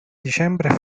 dicembre